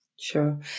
Sure